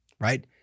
right